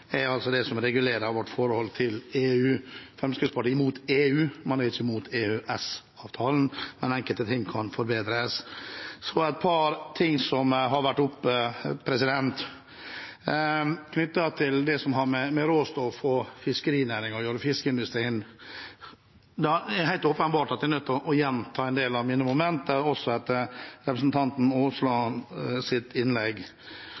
på, altså enkeltelementer, men EØS-avtalen er den som regulerer vårt forhold til EU. Fremskrittspartiet er imot EU. Man er ikke imot EØS-avtalen, men enkelte ting kan forbedres. Så et par ting som har vært oppe – knyttet til det som har med råstoff og fiskerinæringen, fiskeindustrien, å gjøre. Det er helt åpenbart at jeg er nødt til å gjenta en del av mine momenter, også etter representanten Aaslands innlegg.